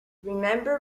remember